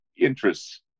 interests